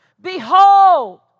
Behold